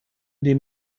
dem